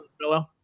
hello